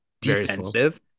defensive